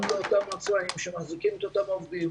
גם לאותם עצמאים שמחזיקים את אותם עובדים.